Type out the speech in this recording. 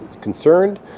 concerned